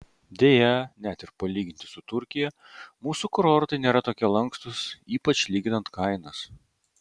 deja net ir palyginti su turkija mūsų kurortai nėra tokie lankstūs ypač lyginant kainas